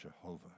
Jehovah